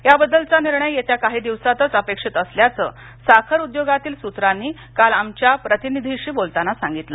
याबद्दलचा निर्णय येत्या काही दिवसातच अपेक्षित असल्याचं साखर उद्योगातील सूत्रांनी काल आमच्या प्रतिनिधीशी बोलताना सांगितलं